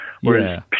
Whereas